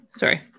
Sorry